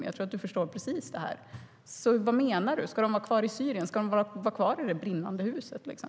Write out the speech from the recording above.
Jag tror att du förstår det här precis, så vad menar du? Ska de vara i Syrien? Ska de vara kvar i det brinnande huset?